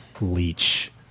leech